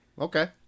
Okay